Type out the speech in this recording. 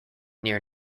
near